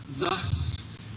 Thus